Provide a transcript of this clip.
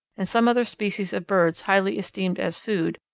and some other species of birds highly esteemed as food,